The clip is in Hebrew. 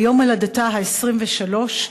ביום הולדתה ה-23,